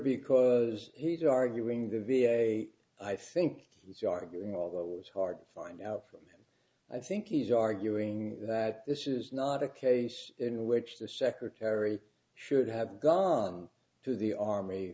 because he's arguing the v a i think he's arguing although it was hard to find out from i think he's arguing that this is not a case in which the secretary should have gone to the army